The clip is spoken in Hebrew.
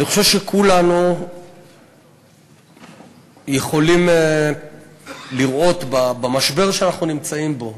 אני חושב שכולנו יכולים לראות במשבר שאנחנו נמצאים בו,